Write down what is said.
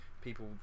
people